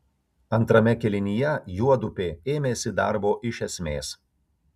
antrame kėlinyje juodupė ėmėsi darbo iš esmės